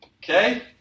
okay